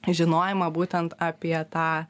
žinojimą būtent apie tą